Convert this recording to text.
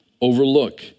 overlook